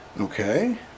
Okay